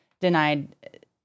denied